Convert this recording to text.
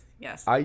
Yes